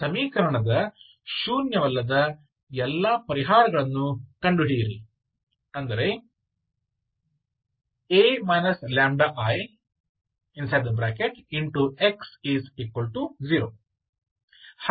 ಈ ಸಮೀಕರಣದ ಶೂನ್ಯವಲ್ಲದ ಎಲ್ಲಾ ಪರಿಹಾರಗಳನ್ನು ಕಂಡುಹಿಡಿಯಿರಿ A λIX0